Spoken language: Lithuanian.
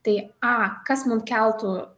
tai a kas mum keltų